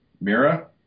Mira